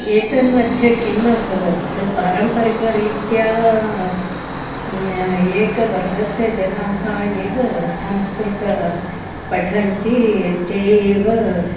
एतन्मध्ये किम् अभवत् पारम्परिकरीत्या एकवर्गस्य जनाः एव संस्कृतं पठन्ति ते एव